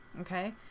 Okay